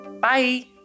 Bye